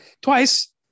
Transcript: twice